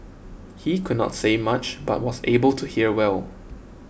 he could not say much but was able to hear well